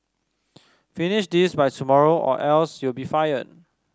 finish this by tomorrow or else you'll be fired